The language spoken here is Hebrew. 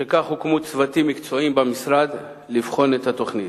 ומשכך הוקמו צוותים מקצועיים במשרד לבחון את התוכנית.